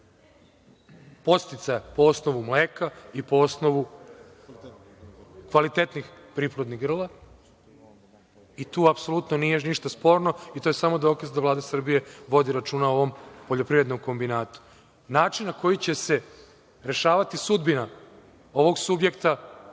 podsticaja po osnovu mleka i po osnovu kvalitetnih priplodnih grla. Tu apsolutno nije ništa sporno i to je samo dokaz da Vlada Srbije vodi računa o ovom poljoprivrednom kombinatu. Način na koji će se rešavati sudbina ovog subjekta